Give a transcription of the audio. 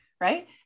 right